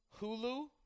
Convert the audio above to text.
Hulu –